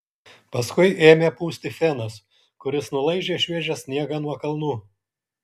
paskui ėmė pūsti fenas kuris nulaižė šviežią sniegą nuo kalnų